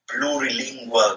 plurilingual